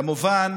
כמובן